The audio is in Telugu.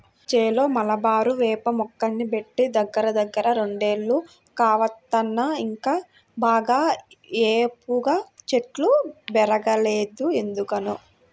మా చేలో మలబారు వేప మొక్కల్ని బెట్టి దగ్గరదగ్గర రెండేళ్లు కావత్తన్నా ఇంకా బాగా ఏపుగా చెట్లు బెరగలేదు ఎందుకనో